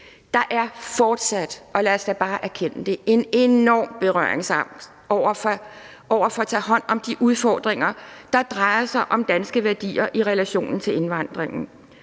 erkende det – en enorm berøringsangst over for at tage hånd om de udfordringer, der drejer sig om danske værdier i relation til indvandringen.